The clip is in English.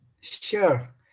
Sure